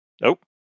Nope